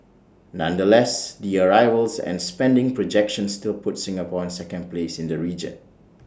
nonetheless the arrivals and spending projections still put Singapore in second place in the region